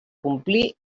complir